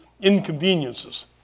inconveniences